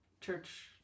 church